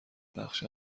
بخش